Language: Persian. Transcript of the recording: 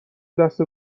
دسته